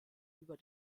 über